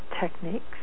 techniques